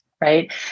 right